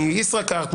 מישראכרט,